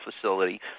facility